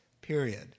period